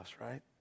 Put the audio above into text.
right